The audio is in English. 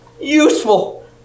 Useful